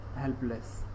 helpless